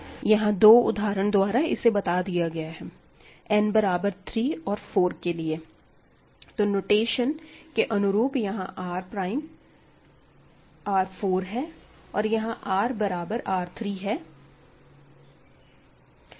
यहां दो उदाहरण द्वारा इस बता दिया गया है n बराबर 3 और 4 के लिए तो नोटेशन के अनुरूप यहां R प्राइम R 4 है और यहां R बराबर R 3 है